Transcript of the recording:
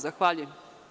Zahvaljujem.